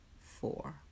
four